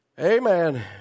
Amen